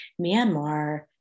Myanmar